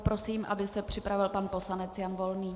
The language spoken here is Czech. Prosím, aby se připravil pan poslanec Jan Volný.